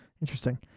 Interesting